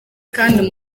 kandi